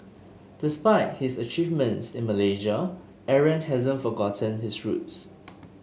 despite his achievements in Malaysia Aaron hasn't forgotten his roots